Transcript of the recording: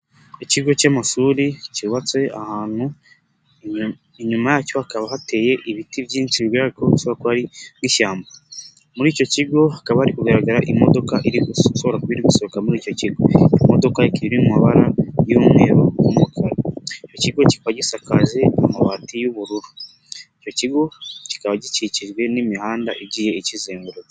Ikigo cy'amashuri cyubatse ahantu inyuma yacyo hakaba hateye ibiti byinshi bishobora kuba ari ishyamba. Muri icyo kigo hakaba hari kugaragara imodoka iri gusohoka muri icyo kigo, imodoka iri mu mabara y'umweru. Icyo kigo kikaba gisakaje amabati y'ubururu, icyo kigo kikaba gikikijwe n'imihanda igiye ikizengurutse.